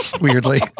Weirdly